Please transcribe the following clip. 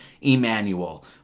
Emmanuel